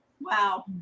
Wow